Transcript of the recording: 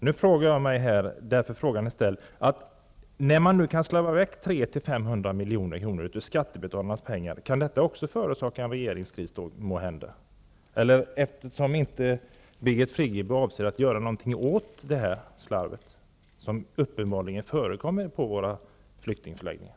Nu frågar jag mig: När man nu kan slarva i väg 300--500 milj.kr. av skattebetalarnas pengar, kan då också detta förorsaka en regeringskris, eftersom Birgit Friggebo inte avser göra någonting åt det slarv som uppenbarligen förekommer på våra flyktingförläggningar?